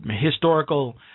historical